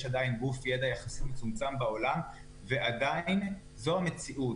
יש עדיין גוף ידע יחסית מצומצם בעניין ועדיין זו המציאות.